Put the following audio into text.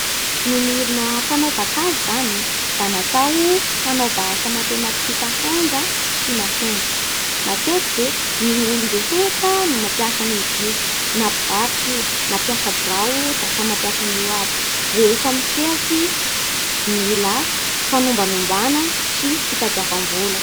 Ny milina fanaovana kajy zany e da natao hanaova asa matematika hainga sy mahomby. Matetike ny olo-drehetra no mampiasa an'izy io, na mpiavatsy io, na mpiasa birao da samy mapiasa an'io aby rehefa amin'ny sahatsy mila famombanombana sy fitadiavam-bola